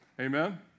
Amen